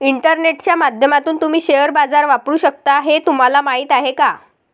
इंटरनेटच्या माध्यमातून तुम्ही शेअर बाजार वापरू शकता हे तुम्हाला माहीत आहे का?